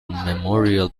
memorial